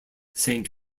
saint